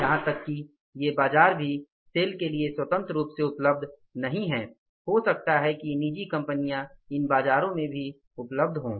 यहां तक कि ये बाजार भी सेल के लिए स्वतंत्र रूप से उपलब्ध नहीं हैं हो सकता है कि ये निजी कंपनियां इन बाजारों में भी मौजूद हों